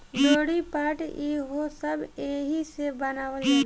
डोरी, पाट ई हो सब एहिसे बनावल जाला